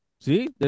See